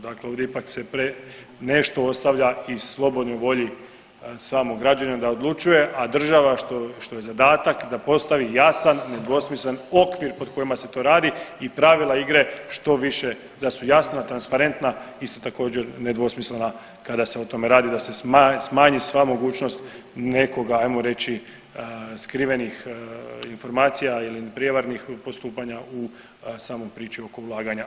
Dakle, ovdje se ipak nešto ostavlja i slobodnoj volji samog građanina da odlučuje, a država što je zadatak da postavi jasan, nedvosmislen okvir pod kojima se to radi i pravila igre što više da su jasna, transparentna, isto također nedvosmislena kada se o tome radi da se smanji sva mogućnost nekoga hajmo reći skrivenih informacija ili prijevarnih postupanja u samu priču oko ulaganja.